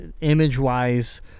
image-wise